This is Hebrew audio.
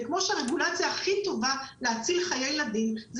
זה כמו שהרגולציה הכי טובה להציל חיי ילדים היא